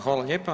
Hvala lijepa.